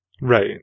Right